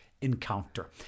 encounter